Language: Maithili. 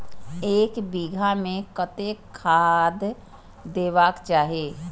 एक बिघा में कतेक खाघ देबाक चाही?